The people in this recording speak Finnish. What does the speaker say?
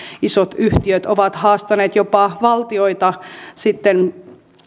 isot yhtiöt ovat haastaneet jopa valtioita sitten